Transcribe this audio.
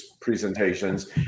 presentations